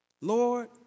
Lord